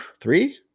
three